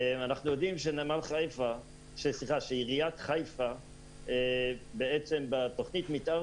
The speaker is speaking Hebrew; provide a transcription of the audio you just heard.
אנחנו יודעים שעיריית חיפה בתוכנית המתאר